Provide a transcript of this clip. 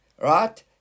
Right